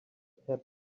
happened